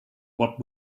what